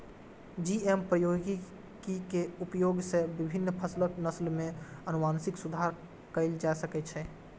GM प्रौद्योगिकी के उपयोग सं विभिन्न फसलक नस्ल मे आनुवंशिक सुधार कैल जा सकै छै